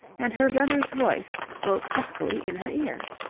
and her brother's voice spoke huskily in her ear.